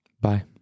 Bye